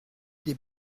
des